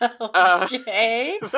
okay